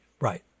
right